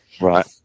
Right